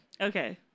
Okay